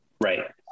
Right